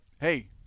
hey